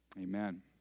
Amen